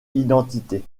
identité